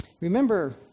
Remember